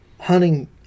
hunting